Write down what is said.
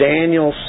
Daniel